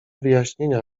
wyjaśnienia